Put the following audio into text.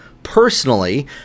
personally